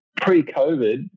pre-COVID